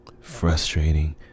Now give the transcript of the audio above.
frustrating